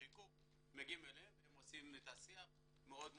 לחיכוך מגיעים אליהם והם עושים את השיח מאוד טוב.